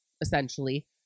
essentially